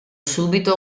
subito